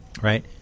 right